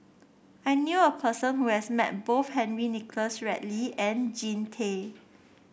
I knew a person who has met both Henry Nicholas Ridley and Jean Tay